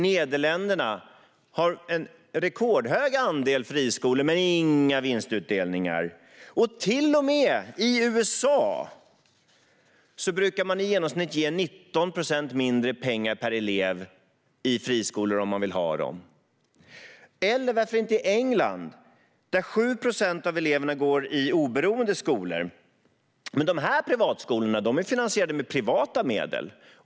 Nederländerna har en rekordhög andel friskolor men inga vinstutdelningar. Till och med i USA brukar man i genomsnitt ge 19 procent mindre pengar per elev i friskolor, om man vill ha dem. Eller varför inte nämna England, där 7 procent av eleverna går i oberoende skolor. Men dessa privatskolor är finansierade med privata medel.